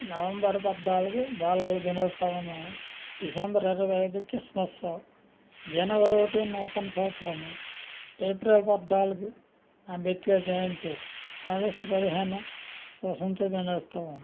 November పద్నాలుగు బాలల దినోత్సవము డిసెంబర్ ఇరవై ఐదుకి క్రిస్మస్ జనవరి ఒక్కటి నూతన సంవత్సరము ఏప్రిల్ పద్నాలుగు అంబేద్కర్ జయంతి అగస్టు పదిహేను స్వాతంత్ర దినోత్సవం